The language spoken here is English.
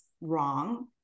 wrong